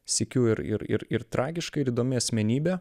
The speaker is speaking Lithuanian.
sykiu ir ir ir ir tragiška ir įdomi asmenybė